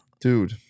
Dude